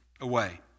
away